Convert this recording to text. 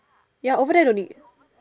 ya over there don't need